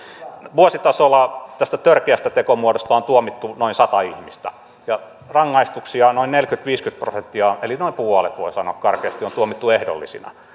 vuositasolla tästä törkeästä tekomuodosta on tuomittu noin sata ihmistä ja rangaistuksista noin neljäkymmentä viiva viisikymmentä prosenttia eli noin puolet voi sanoa karkeasti on tuomittu ehdollisina